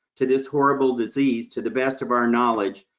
to this horrible disease, to the best of our knowledge,